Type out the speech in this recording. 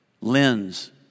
lens